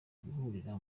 guhurira